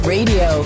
Radio